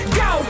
go